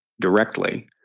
directly